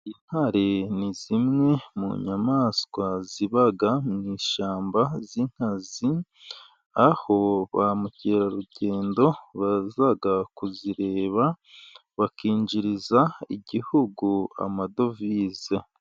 Intare ni zimwe mu nyamaswa ziba mu ishyamba z'inkazi, aho ba mukerarugendo baza kuzireba bakinjiriza igihugu amadovize.